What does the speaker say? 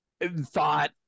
thought